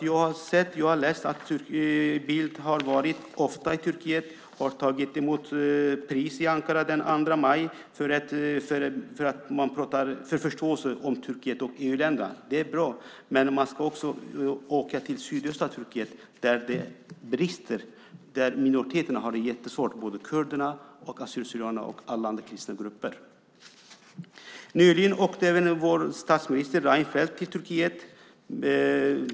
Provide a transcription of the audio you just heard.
Jag har läst att Carl Bildt har varit i Turkiet ofta och att han tog emot ett pris i Ankara den 2 maj för förståelse för Turkiet och EU-länderna. Det är bra, men man ska också åka till sydöstra Turkiet där det brister, där minoriteterna har det jättesvårt, både kurderna, assyrier/syrianerna och alla andra kristna grupper. Nyligen åkte även vår statsminister Reinfeldt till Turkiet.